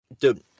dude